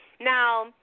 Now